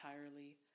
entirely